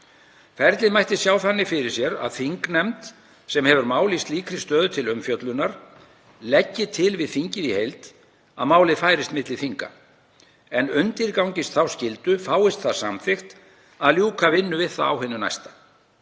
Ferlið mætti sjá þannig fyrir sér að þingnefnd, sem hefur mál í slíkri stöðu til umfjöllunar, leggi til við þingið í heild að málið færist milli þinga en undirgangist þá skyldu, fáist það samþykkt, að ljúka vinnu við það á hinu næsta.